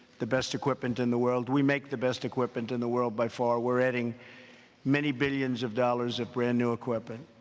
the best equipment in the world. we make the best equipment in the world by far. we're adding many billions of dollars of brand-new equipment.